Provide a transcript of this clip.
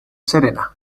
serena